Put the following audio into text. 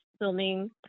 filming